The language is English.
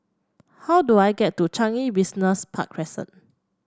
how do I get to Changi Business Park Crescent